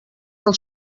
del